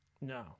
No